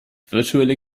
virtuelle